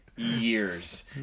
years